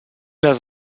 les